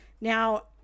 Now